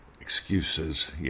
Excuses